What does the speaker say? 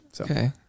Okay